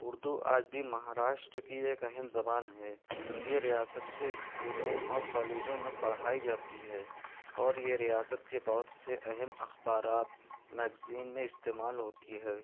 اردو آج بھی مہاراشٹر کی ایک اہم زبان ہے یہ ریاست کے اسکولوں اور کالجوں میں پڑھائی جاتی ہے اور یہ ریاست کے بہت سے اہم اخبارات میگزین میں استعمال ہوتی ہے